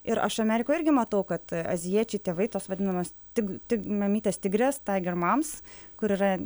ir aš amerikoj irgi matau kad azijiečiai tėvai tos vadinamos tik mamytės tigrės taigermams kur yra